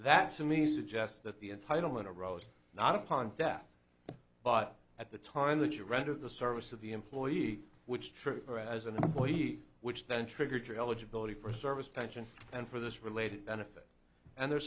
that to me suggests that the entitlement arose not upon death but at the time that you render the service of the employee which trooper as an employee which then triggered your eligibility for service pension and for this related benefit and their